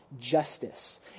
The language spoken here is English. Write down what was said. justice